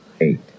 eight